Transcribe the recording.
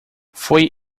foi